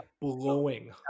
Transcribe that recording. blowing